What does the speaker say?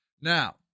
Now